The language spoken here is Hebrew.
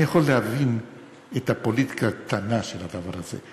אני יכול להבין את הפוליטיקה הקטנה של הדבר הזה,